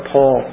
Paul